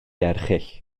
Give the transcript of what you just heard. erchyll